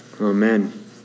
Amen